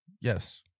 Yes